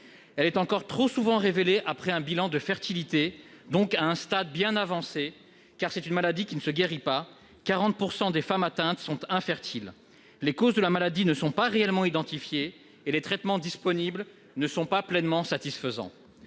Elle est encore trop souvent révélée après un bilan de fertilité, donc à un stade bien avancé, car c'est une maladie qui ne se guérit pas : 40 % des femmes atteintes sont infertiles. Les causes de la maladie ne sont pas réellement identifiées et les traitements disponibles ne sont pas pleinement satisfaisants.